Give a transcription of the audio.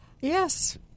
Yes